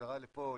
חזרה לפה,